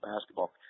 basketball